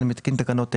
אני מתקין תקנות אלה: